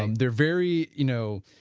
um they are very, you know,